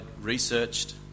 researched